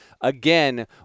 again